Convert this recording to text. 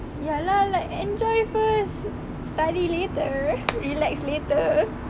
ya lah like enjoy first study later relax later